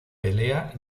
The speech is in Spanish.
pelea